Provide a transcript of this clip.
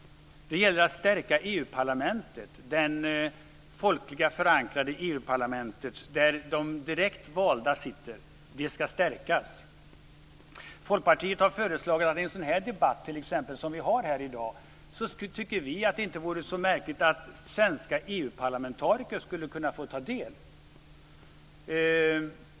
Det gäller också att stärka det folkligt förankrade EU-parlamentet, där de direktvalda sitter. Folkpartiet tycker inte att det vore så märkligt om svenska EU-parlamentariker skulle kunna få ta del av t.ex. en sådan debatt som vi har här i dag.